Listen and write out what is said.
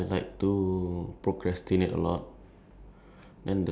I would just tell myself stop being lazy ah